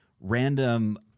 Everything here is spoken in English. random